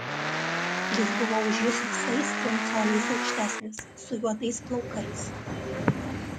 jis buvo už jus visais trim coliais aukštesnis su juodais plaukais